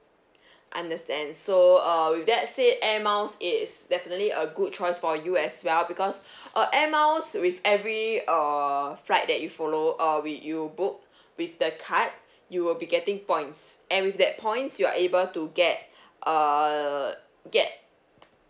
understand so err with that said air miles is definitely a good choice for you as well because uh air miles with every err flight that you follow uh we you book with the card you will be getting points and with that points you're able to get err get